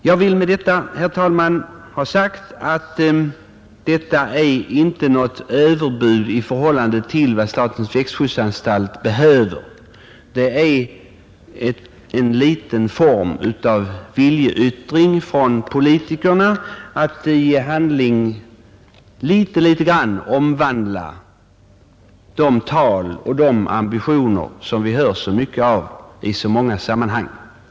Jag vill med detta, herr talman, ha sagt att motionärernas förslag inte är något överbud i förhållande till vad statens växtskyddsanstalt behöver. Det är en form av viljeyttring från politikerna att i handling litet grand omvandla de uttalanden och de ambitioner som vi hör så mycket av i så många sammanhang.